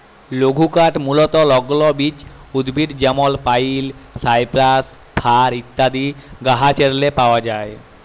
লঘুকাঠ মূলতঃ লগ্ল বিচ উদ্ভিদ যেমল পাইল, সাইপ্রাস, ফার ইত্যাদি গাহাচেরলে পাউয়া যায়